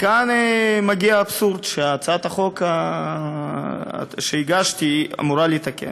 וכאן מגיע האבסורד שהצעת החוק שהגשתי אמורה לתקן,